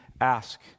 ask